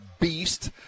beast